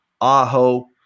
Aho